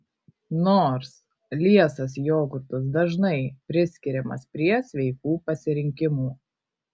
nors liesas jogurtas dažnai priskiriamas prie sveikų pasirinkimų